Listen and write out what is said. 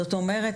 זאת אומרת,